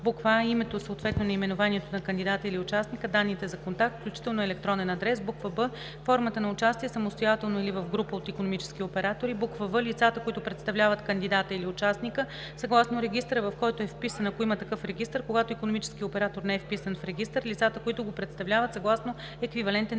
а) името, съответно наименованието на кандидата или участника, данните за контакт, включително електронен адрес; б) формата на участие – самостоятелно или в група от икономически оператори; в) лицата, които представляват кандидата или участника съгласно регистъра, в който е вписан, ако има такъв регистър; когато икономическият оператор не е вписан в регистър – лицата, които го представляват съгласно еквивалентен